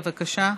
בבקשה,